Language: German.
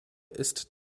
ist